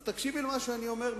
אז תקשיבי למה שאני אומר,